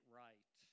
right